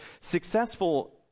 successful